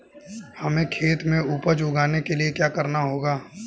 हमें खेत में उपज उगाने के लिये क्या करना होगा?